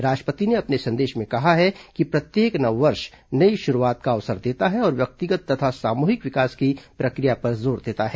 राष्ट्रपति ने अपने संदेश में कहा है कि प्रत्येक नववर्ष नई शुरुआत का अवसर देता है और व्यक्तिगत तथा सामूहिक विकास की प्रक्रिया पर जोर देता है